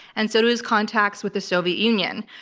and so to his contacts with the soviet union,